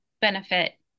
benefit